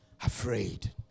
afraid